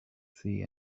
see